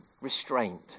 restraint